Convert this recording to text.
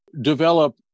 develop